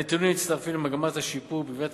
הנתונים מצטרפים למגמת השיפור מגביית